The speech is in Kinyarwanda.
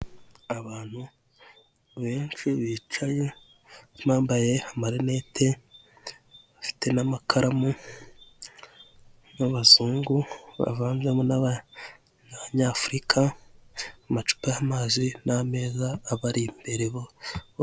Abantu benshi bicaye bambaye amarinete bafite n'amakaramu bababazungu bavanzemo n'abanyafurika, amacupa y'amazi n'ameza abari imbere bose.